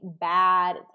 bad